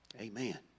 Amen